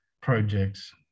projects